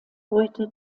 heute